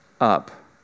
up